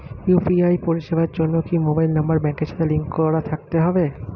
UPI পরিষেবার জন্য কি মোবাইল নাম্বার ব্যাংকের সাথে লিংক করা থাকতে হবে?